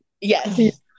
yes